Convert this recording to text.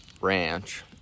ranch